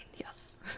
yes